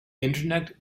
internet